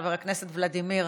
חבר הכנסת ולדימיר,